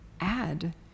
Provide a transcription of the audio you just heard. add